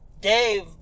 Dave